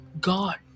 God